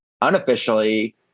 Unofficially